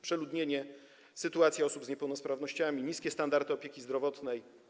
Przeludnienie, sytuacja osób z niepełnosprawnościami, niskie standardy opieki zdrowotnej.